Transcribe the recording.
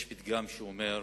יש פתגם שאומר: